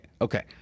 Okay